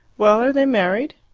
well, are they married?